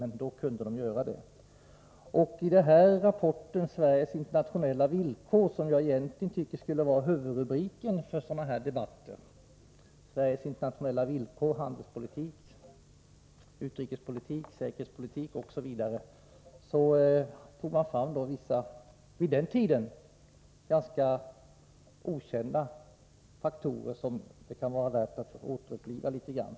Men förut kunde sekretariatet göra det. I rapporten Sveriges internationella villkor, något som jag tycker skulle vara huvudrubriken för sådana här debatter — handelspolitiska, utrikespolitiska, säkerhetspolitiska, osv. — tog man fram vissa vid den tiden ganska okända faktorer som det kan vara värt att återuppliva litet grand.